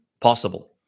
possible